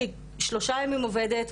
שהיא שלושה ימים עובדת,